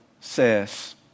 says